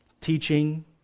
teaching